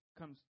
comes